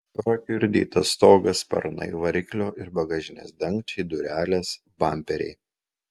prakiurdytas stogas sparnai variklio ir bagažinės dangčiai durelės bamperiai